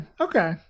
Okay